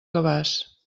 cabàs